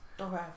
Okay